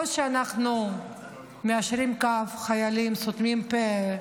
או שאנחנו מיישרים קו, חיילים, סותמים פה,